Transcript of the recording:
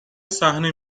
صحنه